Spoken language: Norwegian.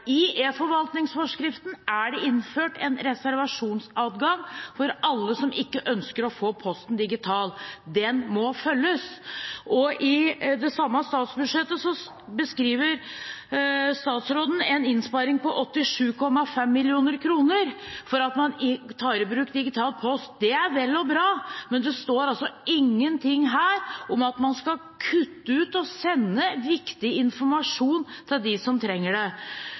ønsker å få posten digitalt. Den må følges. I det samme statsbudsjettet beskriver statsråden en innsparing på 87,5 mill. kr ved at man tar i bruk digital post. Det er vel og bra, men det står altså ingenting om at man skal kutte ut å sende viktig informasjon til dem som trenger det.